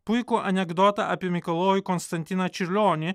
puikų anekdotą apie mikalojų konstantiną čiurlionį